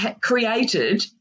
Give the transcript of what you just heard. created